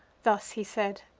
thus he said